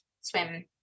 swim